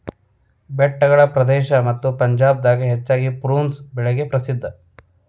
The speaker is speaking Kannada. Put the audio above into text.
ಬೆಟ್ಟಗಳ ಪ್ರದೇಶ ಮತ್ತ ಪಂಜಾಬ್ ದಾಗ ಹೆಚ್ಚಾಗಿ ಪ್ರುನ್ಸ್ ಬೆಳಿಗೆ ಪ್ರಸಿದ್ಧಾ